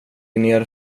ner